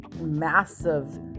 massive